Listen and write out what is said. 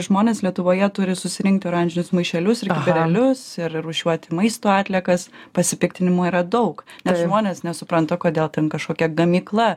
žmonės lietuvoje turi susirinkti oranžinius maišelius kibirėlius ir rūšiuoti maisto atliekas pasipiktinimo yra daug nes žmonės nesupranta kodėl ten kažkokia gamykla